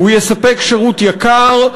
הוא יספק שירות יקר,